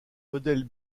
modèle